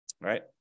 right